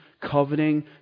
coveting